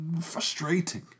frustrating